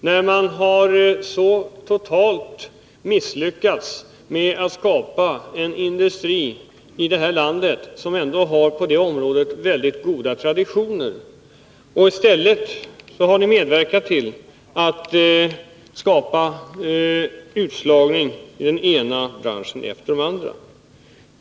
Ni har totalt misslyckats med att skapa en industri i det här landet — en industri som på det här området ändå har väldigt goda traditioner. I stället har ni medverkat till att skapa utslagning i den ena branschen efter den andra.